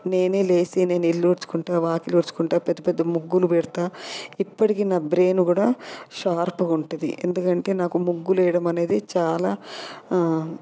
నేనే లేచి నేను ఇల్లు ఊడ్చుకుంటా వాకిలి ఊడ్చుకుంటా పెద్ద పెద్ద ముగ్గులు పెడతా ఇప్పటికి నా బ్రెయిన్ కూడా షార్పుగా ఉంటుంది ఎందుకంటే నాకు ముగ్గులు వేయడం అనేది చాలా